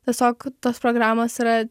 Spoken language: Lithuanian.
tiesiog tos programos yra